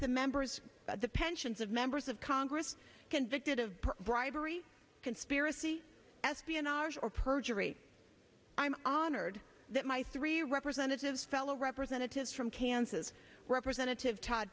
the members the pensions of members of congress convicted of bribery conspiracy espionage or perjury i'm honored that my three representatives fellow representatives from kansas representative t